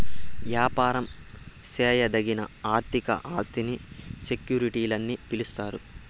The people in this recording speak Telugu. యాపారం చేయదగిన ఆర్థిక ఆస్తిని సెక్యూరిటీలని పిలిస్తారు